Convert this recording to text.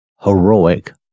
heroic